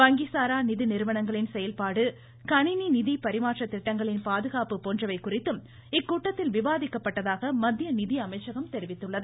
வங்கிசாரா நிதி நிறுவனங்களின் செயல்பாடு கணினி நிதி பரிமாற்ற திட்டங்களின் பாதுகாப்பு போன்றவை குறித்தும் இக்கூட்டத்தில் விவாதிக்கப்பட்டதாக மத்திய நிதியமைச்சம் தெரிவித்துள்ளது